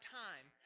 time